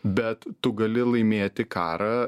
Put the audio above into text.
bet tu gali laimėti karą